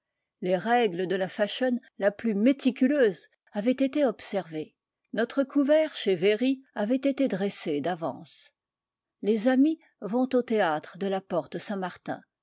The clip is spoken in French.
les règles de la fashion la plus méticuleuse avaient été observées notre couvert chez yéry avait été dressé d'avance les amis vont au théâtre de la porte saintmartin